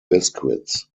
biscuits